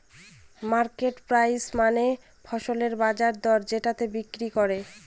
market price মানে ফসলের বাজার দরে যেটাতে বিক্রি করে